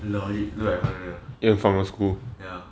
you know look like han ya ya